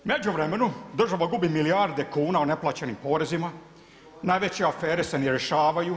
U međuvremenu država gubi milijarde kuna o nenaplaćenim porezima, najveće afere se ne rješavaju.